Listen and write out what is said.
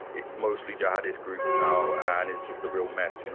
it's mostly jihadist groups now and it's just a real mess. you know